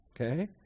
okay